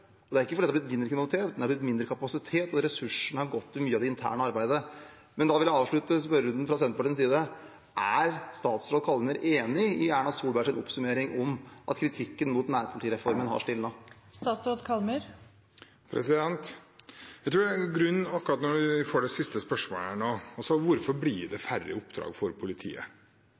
og det er ikke fordi det har blitt mindre kriminalitet, men fordi det har blitt mindre kapasitet når ressursene har gått til mye av det interne arbeidet. Jeg vil avslutte med spørsmålet: Er statsråd Kallmyr enig i Erna Solbergs oppsummering om at kritikken mot nærpolitireformen har stilnet? Når det gjelder spørsmålet om hvorfor det blir færre oppdrag for politiet: